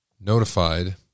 notified